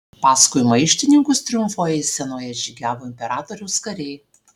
paskui maištininkus triumfo eisenoje žygiavo imperatoriaus kariai